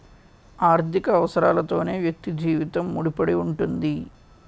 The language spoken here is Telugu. ఆర్థిక అవసరాలతోనే వ్యక్తి జీవితం ముడిపడి ఉంటుంది